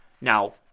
Now